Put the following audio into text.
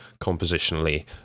compositionally